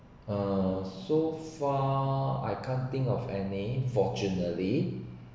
uh so far I can't think of any fortunately